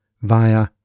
Via